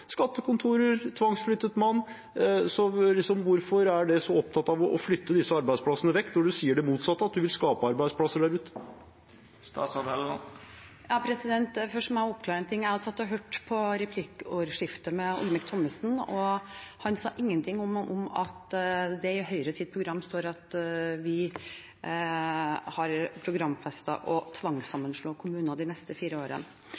Skattekontorer har man tvangsflyttet. Hvorfor er man så opptatt av å flytte disse arbeidsplassene vekk, når statsråden sier det motsatte, at hun vil skape arbeidsplasser der ute? Først må jeg oppklare noe: Jeg satt og hørte på replikkordskiftet med Olemic Thommessen, og han sa ingenting om at det i Høyres program står at vi har programfestet å tvangssammenslå kommuner de neste fire årene.